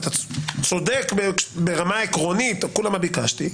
ואתה צודק ברמה עקרונית על כולה מה ביקשתי.